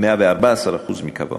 מקו העוני,